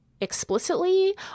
explicitly